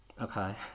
Okay